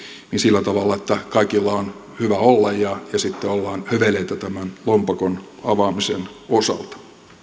sillä tavalla että kaikilla on hyvä olla ja sitten ollaan höveleitä tämän lompakon avaamisen osalta